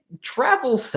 Travel